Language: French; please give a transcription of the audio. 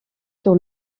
sur